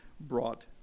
brought